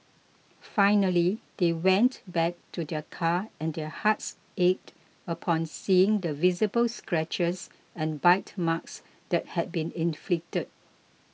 finally they went back to their car and their hearts ached upon seeing the visible scratches and bite marks that had been inflicted